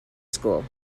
school